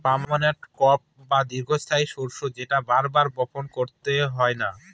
permanent crop বা দীর্ঘস্থায়ী শস্য যেটা বার বার বপন করতে হয় না